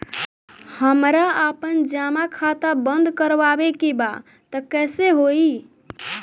हमरा आपन जमा खाता बंद करवावे के बा त कैसे होई?